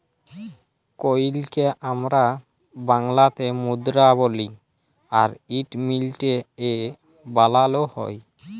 কইলকে আমরা বাংলাতে মুদরা বলি আর ইট মিলটে এ বালালো হয়